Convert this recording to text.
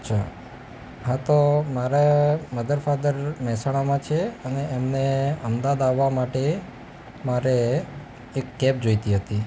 અચ્છા હા તો મારા મધર ફાધર મહેસાણામાં છે અને એમને અમદાવાદ આવવા માટે મારે એક કેબ જોઈતી હતી